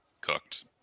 cooked